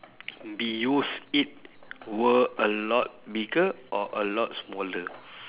be used it were a lot bigger or a lot smaller